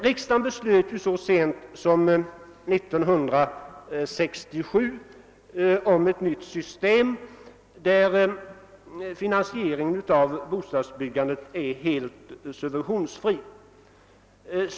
Riksdagen fattade så sent som 1967 beslut om ett nytt system där finansieringen av bostadsbyggandet är helt subventionsfri.